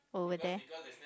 over there